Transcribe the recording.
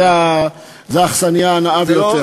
זו האכסניה הנאה ביותר.